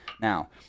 now